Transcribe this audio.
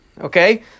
Okay